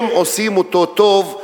הם עושים אותו טוב,